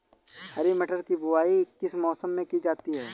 हरी मटर की बुवाई किस मौसम में की जाती है?